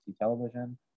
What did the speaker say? television